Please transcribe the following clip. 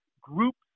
groups